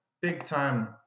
big-time